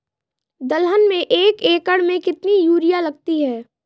दलहन में एक एकण में कितनी यूरिया लगती है?